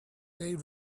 they